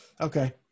okay